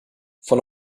von